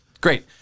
great